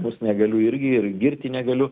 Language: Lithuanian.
bus negaliu irgi ir girti negaliu